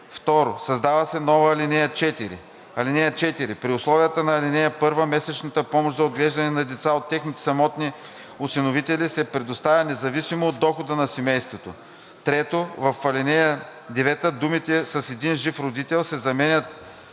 2. Създава се нова ал. 4: „(4) При условията на ал. 1 месечната помощ за отглеждане на деца от техните самотни осиновители се предоставя независимо от дохода на семейството.“ 3. В ал. 9 думите „с един жив родител“ се заменят